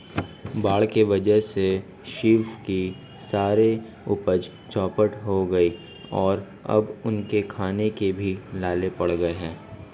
बाढ़ के वजह से शिव की सारी उपज चौपट हो गई और अब उनके खाने के भी लाले पड़ गए हैं